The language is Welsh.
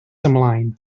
ymlaen